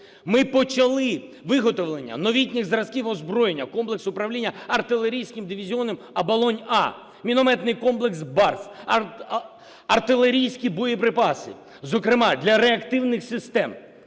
Ми почали виготовлення новітніх зразків озброєння, комплекс правління артилерійським дивізіоном "Оболонь-А", мінометний комплекс "Барс", артилерійські боєприпаси, зокрема для реактивних систем.